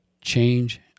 change